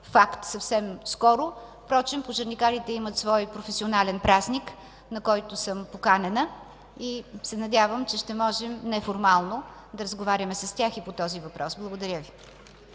факт съвсем скоро. Впрочем, пожарникарите имат свой професионален празник, на който съм поканена и се надявам, че ще можем неформално да си говорим с тях и по този въпрос. Благодаря Ви.